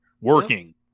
working